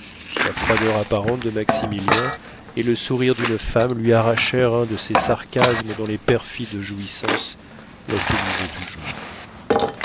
la froideur apparente de maximilien et le sourire d'une femme lui arrachèrent un de ces sarcasmes dont les perfides jouissances la séduisaient toujours